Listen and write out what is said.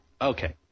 Okay